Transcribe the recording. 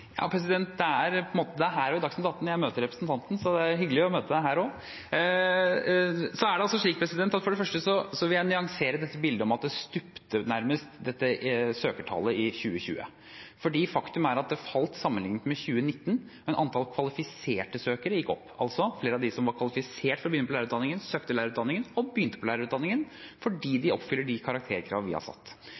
Det er her og i Dagsnytt 18 jeg møter representanten – det er hyggelig å møte henne her også! For det første vil jeg nyansere dette bildet om at søkertallet nærmest stupte i 2020. For faktum er at det falt sammenlignet med 2019, men antallet kvalifiserte søkere gikk opp. Altså: Flere av dem som var kvalifisert til å begynne på lærerutdanningen, søkte og begynte på lærerutdanningen, fordi de oppfyller de karakterkravene vi har satt.